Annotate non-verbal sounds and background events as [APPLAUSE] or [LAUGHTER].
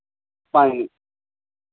[UNINTELLIGIBLE]